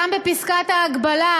גם בפסקת ההגבלה,